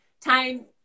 time